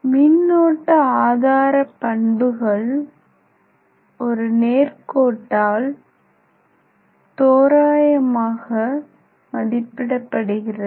மின்னோட்ட ஆதார பண்புகள் ஒரு நேர் கோட்டால் தோராயமாக மதிப்பிடப்படுகிறது